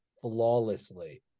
flawlessly